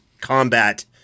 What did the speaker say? combat